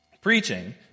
Preaching